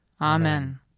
Amen